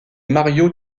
mario